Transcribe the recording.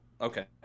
Okay